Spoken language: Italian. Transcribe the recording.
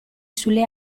sulle